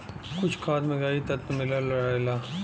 कुछ खाद में कई तत्व मिलल रहला